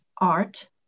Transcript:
art